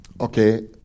Okay